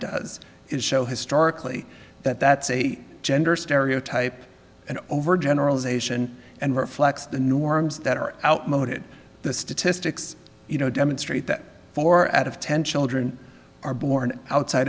does is show historically that that's a gender stereotype an overgeneralization and reflects the norms that are outmoded the statistics you know demonstrate that for at of ten children are born outside